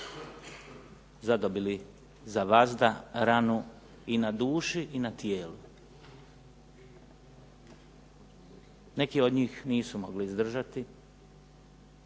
zadobili za vazda ranu i na duši i na tijelu. Neki od njih nisu mogli izdržati,